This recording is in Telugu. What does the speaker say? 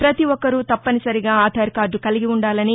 పతి ఒక్కరూ తప్పనిసరిగా ఆధార్కార్డు కలిగి ఉండాలని